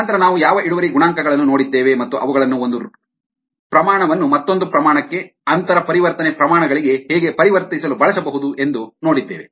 ನಂತರ ನಾವು ಯಾವ ಇಳುವರಿ ಗುಣಾಂಕಗಳನ್ನು ನೋಡಿದ್ದೇವೆ ಮತ್ತು ಅವುಗಳನ್ನು ಒಂದು ಪ್ರಮಾಣವನ್ನು ಮತ್ತೊಂದು ಪ್ರಮಾಣಕ್ಕೆ ಅಂತರ ಪರಿವರ್ತನೆ ರೇಟ್ ಗಳಿಗೆ ಹೇಗೆ ಪರಿವರ್ತಿಸಲು ಬಳಸಬಹುದು ಎಂದು ನೋಡಿದ್ದೇವೆ